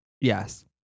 Yes